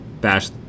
bash